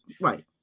Right